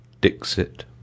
dixit